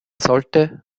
sollte